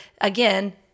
again